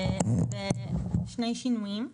יש שני שינויים: